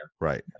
Right